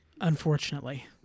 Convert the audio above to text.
Unfortunately